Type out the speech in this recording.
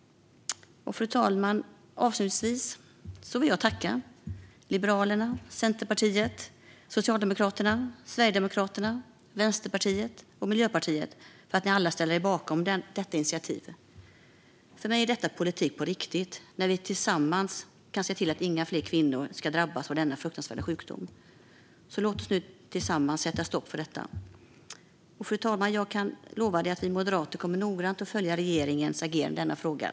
Fru talman! Avslutningsvis vill jag tacka Liberalerna, Centerpartiet, Socialdemokraterna, Sverigedemokraterna, Vänsterpartiet och Miljöpartiet för att alla har ställt sig bakom detta initiativ. För mig är det politik på riktigt när vi tillsammans kan se till att inga fler kvinnor drabbas av denna fruktansvärda sjukdom. Låt oss tillsammans sätta stopp för detta! Fru talman! Jag kan lova att vi moderater noggrant kommer att följa regeringens agerande i denna fråga.